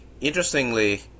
interestingly